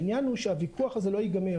העניין הוא שהוויכוח הזה לא ייגמר,